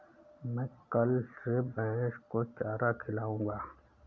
मैं कल से भैस को चारा खिलाऊँगा